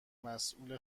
مسئول